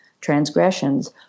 transgressions